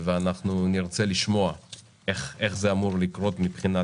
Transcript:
ואנחנו נרצה לשמוע איך זה אמור לקרות מבחינה